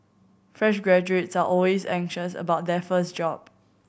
fresh graduates are always anxious about their first job